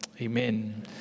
amen